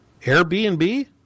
Airbnb